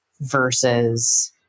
versus